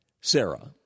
Sarah